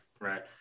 right